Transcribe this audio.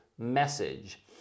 message